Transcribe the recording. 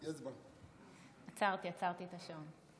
עצרתי את השעון.